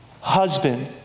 husband